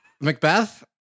Macbeth